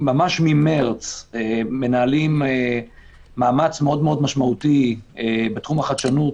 ממרץ אנחנו מנהלים מאמץ מאוד משמעותי בתחום החדשנות